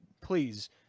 please